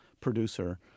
producer